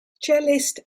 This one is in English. cellist